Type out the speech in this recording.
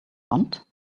want